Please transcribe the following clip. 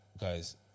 Guys